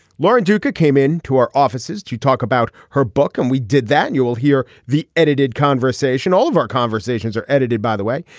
lauren duka came in to our offices to talk about her book and we did that you'll hear the edited conversation all of our conversations are edited by the way.